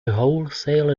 wholesale